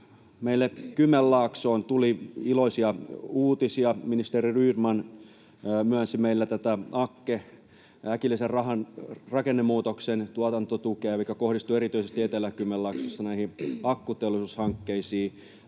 meille Kymenlaaksoon tuli iloisia uutisia. Ministeri Rydman myönsi meille AKKE- eli äkillisen rakennemuutoksen tuotantotukea, mikä kohdistuu erityisesti Etelä-Kymenlaaksossa akkuteollisuushankkeisiin,